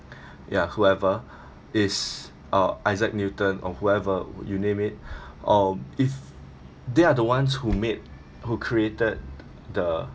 yeah whoever is uh isaac newton or whoever you name it um if they are the ones who made who created the